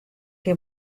que